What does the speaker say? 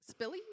spilly